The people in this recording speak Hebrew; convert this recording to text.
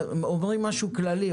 אומרים משהו כללי,